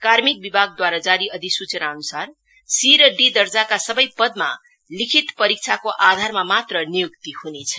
कार्मिक बिभागद्वारा जारी अधिसूचनाअन्सार सि र डि दर्जाका सबै पदमा लिखित परीक्षाको आधारमा मात्र निय्क्ति हनेछ